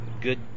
good